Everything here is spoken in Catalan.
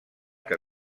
que